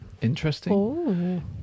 Interesting